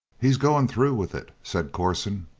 he's going through with it, said corson,